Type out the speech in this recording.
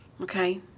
Okay